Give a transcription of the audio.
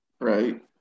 Right